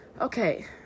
Okay